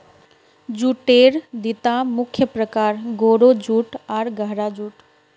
जूटेर दिता मुख्य प्रकार, गोरो जूट आर गहरा जूट